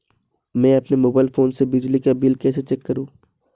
मैं अपने mobile phone से बिजली का बिल कैसे चेक करूं?